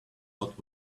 lot